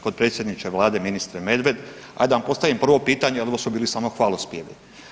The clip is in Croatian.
Potpredsjedniče Vlade, ministre Medved, ajde da vam postavim prvo pitanje, ono su bili samo hvalospjevi.